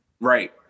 right